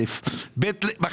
זה דבר ראשון.